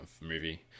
movie